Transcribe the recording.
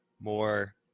more